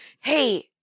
Hey